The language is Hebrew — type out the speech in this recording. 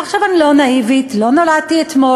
עכשיו, אני לא נאיבית, לא נולדתי אתמול.